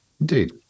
indeed